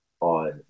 on